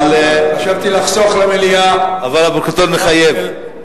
אבל הפרוטוקול מחייב.